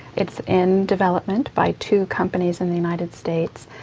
it's in development by two companies in the united states.